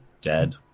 dead